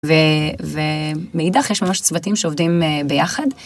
ומאידך יש ממש צוותים שעובדים ביחד.